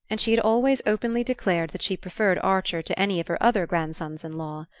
and she had always openly declared that she preferred archer to any of her other grandsons-in-law.